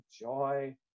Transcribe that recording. joy